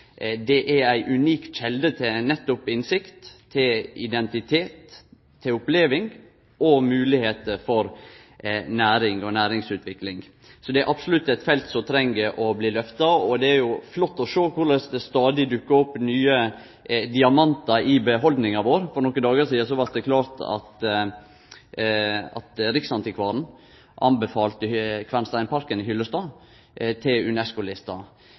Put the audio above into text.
Dei er ei unik kjelde til nettopp innsikt, til identitet, til oppleving og til moglegheiter for næringar og næringsutvikling. Det er absolutt eit felt som treng å bli lyfta, og det er flott å sjå korleis det stadig dukkar opp nye diamantar i behaldninga vår. For nokre dagar sidan blei det klart at riksantikvaren anbefalte Kvernsteinsparken i Hyllestad til